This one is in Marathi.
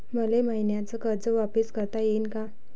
मले मईन्याचं कर्ज वापिस करता येईन का?